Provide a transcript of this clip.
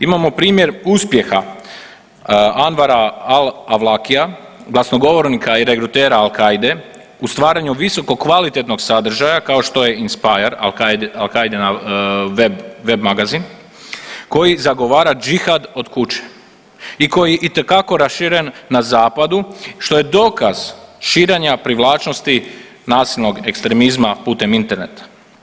Imamo primjer uspjeha Anwara an Awlakia glasnogovornika i regrutera Al Qaeda-e u stvaranju visokokvalitetnog sadržaja kao što je inspier Al Qaeda-e web magazin koji zagovara džihad od kuće i koji je itekako raširen na zapadu što je dokaz širenja privlačnosti nasilnog ekstremizma putem interneta.